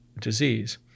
disease